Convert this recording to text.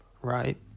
right